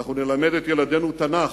אנחנו נלמד את ילדינו תנ"ך,